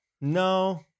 No